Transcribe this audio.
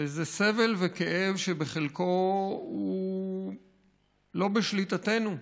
וזה סבל וכאב שחלק מהם לא בשליטתנו,